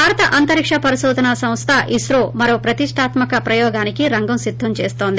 భారత అంతరిక్ష పరిశోధన సంస్థ ఇస్రో మరో ప్రతిష్టాత్మక ప్రయోగానికి రంగం సిద్దం చేస్తోంది